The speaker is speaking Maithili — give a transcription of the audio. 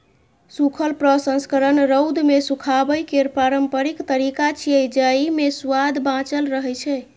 सूखल प्रसंस्करण रौद मे सुखाबै केर पारंपरिक तरीका छियै, जेइ मे सुआद बांचल रहै छै